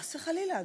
חס וחלילה,